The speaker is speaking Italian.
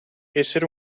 essere